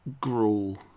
gruel